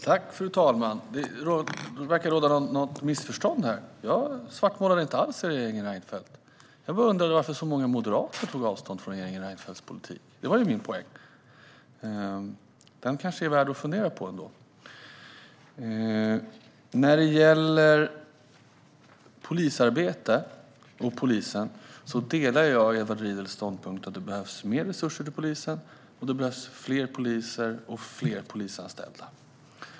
Fru ålderspresident! Det verkar råda ett missförstånd. Jag svartmålar inte alls regeringen Reinfeldt. Jag undrade bara varför så många moderater tar avstånd från regeringen Reinfeldts politik. Det var min poäng. Det kanske är värt att fundera på. Vad gäller polisen och polisarbete delar jag Edward Riedls ståndpunkt att det behövs mer resurser till polisen, fler poliser och fler polisanställda.